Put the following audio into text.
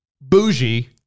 bougie